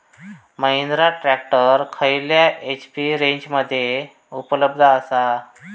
Mahindra tractor खयल्या HP रेंजमध्ये उपलब्ध आसा?